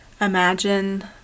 Imagine